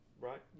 right